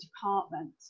department